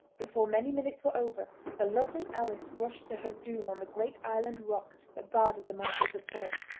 before many minutes were over the lovely alice rushed to her doom on the great island rock that guarded the mouth of the port.